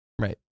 Right